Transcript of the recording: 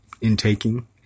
intaking